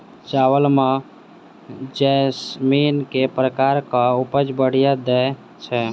चावल म जैसमिन केँ प्रकार कऽ उपज बढ़िया दैय छै?